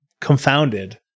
confounded